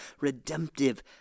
redemptive